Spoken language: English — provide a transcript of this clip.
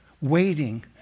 waiting